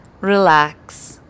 relax